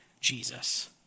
Jesus